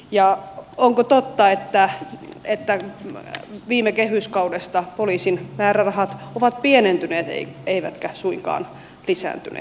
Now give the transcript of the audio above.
ja onko totta että viime kehyskaudesta poliisin määrärahat ovat pienentyneet eivätkä suinkaan lisääntyneet